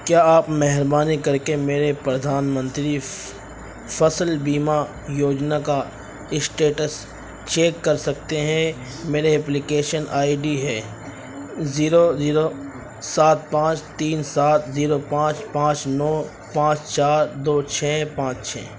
کیا آپ مہربانی کر کے میرے پردھان منتری فصل بیمہ یوجنا کا اسٹیٹس چیک کر سکتے ہیں میرے اپلکیشن آی ڈی ہے زیرو زیرو سات پانچ تین سات زیرو پانچ پانچ نو پانچ چار دو چھ پانچ چھ